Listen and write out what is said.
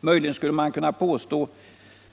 Möjligen skulle man kunna påstå